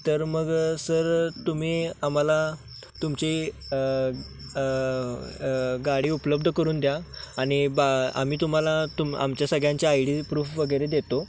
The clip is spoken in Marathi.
तर मग सर तुम्ही आम्हाला तुमची गाडी उपलब्ध करून द्या आणि बा आम्ही तुम्हाला तुम आमच्या सगळ्यांची आय डी प्रूफ वगैरे देतो